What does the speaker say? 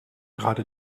gerade